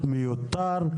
מיותר,